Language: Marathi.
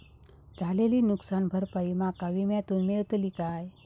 झालेली नुकसान भरपाई माका विम्यातून मेळतली काय?